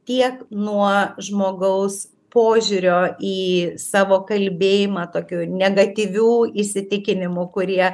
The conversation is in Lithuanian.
tiek nuo žmogaus požiūrio į savo kalbėjimą tokių negatyvių įsitikinimų kurie